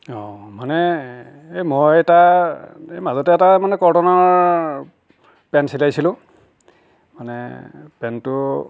অঁ মানে এই মই এটা এই মাজতে এটা মানে কটনৰ পেন চিলাইছিলোঁ মানে পেনটো